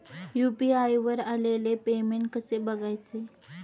UPI वर आलेले payment कसे बघायचे?